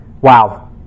Wow